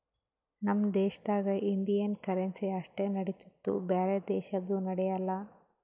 ನಮ್ ದೇಶದಾಗ್ Indian currency ಅಷ್ಟೇ ನಡಿತ್ತುದ್ ಬ್ಯಾರೆ ದೇಶದು ನಡ್ಯಾಲ್